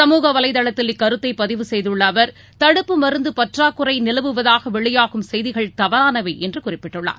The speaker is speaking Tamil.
சூழக வலைதளத்தில் இக்கருத்தைபதிவு செய்தள்ளஅவர் தடுப்பு மருந்தபற்றாக்குறைநிலவுவதாகவெளியாகும் செய்திகள் தவறானவைஎன்றுகுறிப்பிட்டுள்ளார்